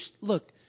look